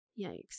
yikes